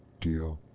deal?